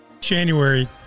January